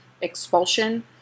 Expulsion